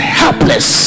helpless